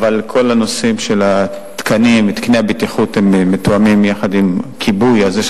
אבל כל הנושאים של התקנים ותקני הבטיחות מתואמים יחד עם כיבוי אש,